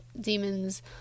demons